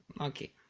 Okay